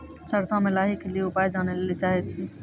सरसों मे लाही के ली उपाय जाने लैली चाहे छी?